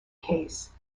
case